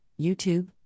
YouTube